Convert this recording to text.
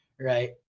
Right